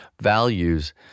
values